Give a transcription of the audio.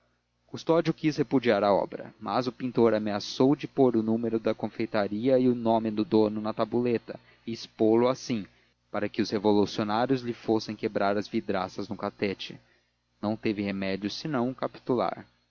custódio quis repudiar a obra mas o pintor ameaçou de pôr o número da confeitaria e o nome do dono na tabuleta e expô la assim para que os revolucionários lhe fossem quebrar as vidraças do catete não teve remédio senão capitular